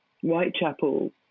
Whitechapel